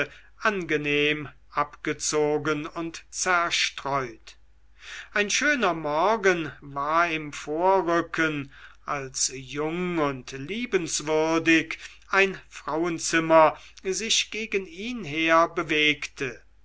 angenehm abgezogen und zerstreut ein schöner morgen war im vorrücken als jung und liebenswürdig ein frauenzimmer sich gegen ihn her bewegte